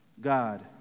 God